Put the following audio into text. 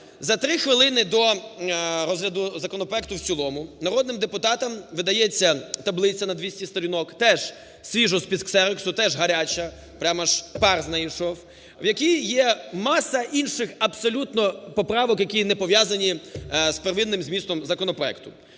за три хвилини до розгляду законопроекту в цілому народним депутатам видається таблиця на 200 сторінок, теж свіжа, з-під ксероксу, теж гаряча, прям аж пар з неї йшов, в якій є маса інших абсолютно поправок, які не пов'язані з первинним змістом законопроекту.